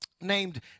Named